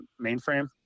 mainframe